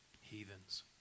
heathens